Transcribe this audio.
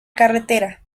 carretera